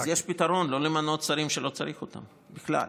אז יש פתרון, לא למנות שרים שלא צריך אותם, בכלל.